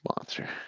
monster